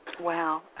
Wow